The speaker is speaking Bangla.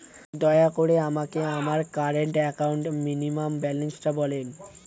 দয়া করে আমাকে আমার কারেন্ট অ্যাকাউন্ট মিনিমাম ব্যালান্সটা বলেন